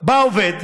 בא עובד,